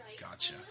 gotcha